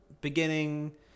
beginning